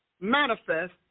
manifest